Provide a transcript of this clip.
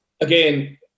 again